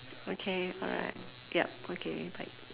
okay alright yup okay bye